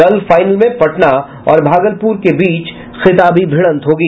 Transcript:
कल फाइनल में पटना और भागलपुर के बीच खिताबी भिड़ंत होगी